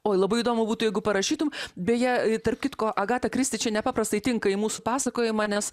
oi labai įdomu būtų jeigu parašytum beje tarp kitko agata kristi čia nepaprastai tinka į mūsų pasakojimą nes